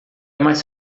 mais